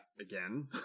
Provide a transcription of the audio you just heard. again